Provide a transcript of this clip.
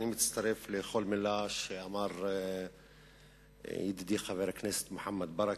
אני מצטרף לכל מלה שאמר ידידי חבר הכנסת מוחמד ברכה.